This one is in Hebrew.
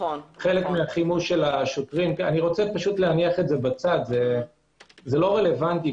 חלק מהחימוש של השוטרים זה לא רלוונטי.